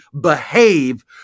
behave